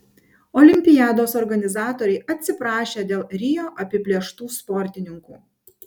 olimpiados organizatoriai atsiprašė dėl rio apiplėštų sportininkų